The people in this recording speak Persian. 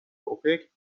اوپک